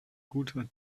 guter